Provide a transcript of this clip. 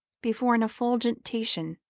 before an effulgent titian,